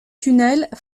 tunnels